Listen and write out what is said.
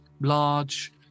large